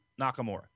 Nakamura